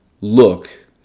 look